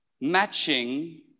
matching